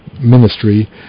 ministry